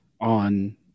on